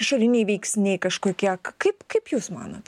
išoriniai veiksniai kažko kiek kaip kaip jūs manot